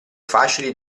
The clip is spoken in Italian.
facili